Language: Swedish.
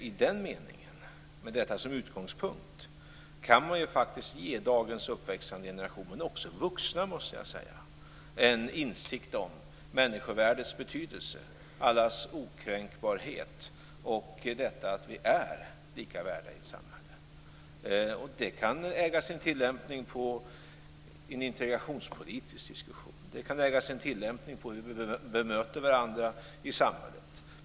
I den meningen och med detta som utgångspunkt kan man faktiskt ge dagens uppväxande generation, men också vuxna, en insikt om människovärdets betydelse, allas okränkbarhet och detta att vi är lika värda i ett samhälle. Det kan äga sin tillämpning i en integrationspolitisk diskussion. Det kan äga sin tillämpning i hur vi bemöter varandra i samhället.